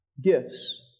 gifts